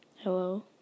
Hello